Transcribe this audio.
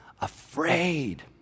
Afraid